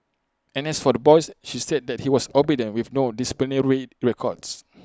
and as for the boys she said that he was obedient with no disciplinary records